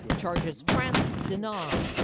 yeah charges francis denies,